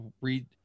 Read